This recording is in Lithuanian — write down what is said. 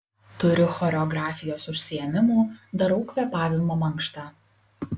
turiu choreografijos užsiėmimų darau kvėpavimo mankštą